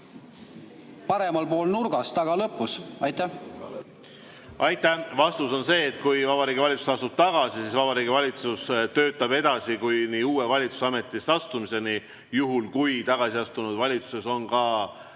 paremal pool nurgas taga lõpus? Aitäh! Vastus on see, et kui Vabariigi Valitsus astub tagasi, siis Vabariigi Valitsus töötab edasi kuni uue valitsuse ametisse astumiseni. Juhul kui tagasi astunud valitsuses on